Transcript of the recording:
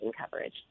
coverage